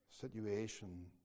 situation